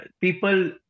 people